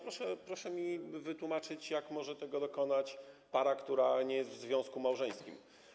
Proszę mi wytłumaczyć, jak może tego dokonać para, która nie jest w związku małżeńskim.